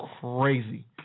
crazy